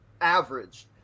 average